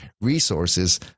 resources